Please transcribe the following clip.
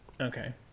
okay